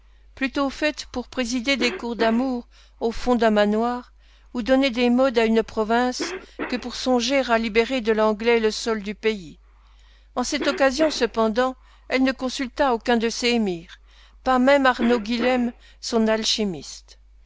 plutôt faire pour présider des cours d'amour au fond d'un manoir ou donner des modes à une province que pour songer à libérer de l'anglais le sol du pays en cette occasion cependant elle ne consulta aucun de ses mires pas même arnaut guilhem son alchimiste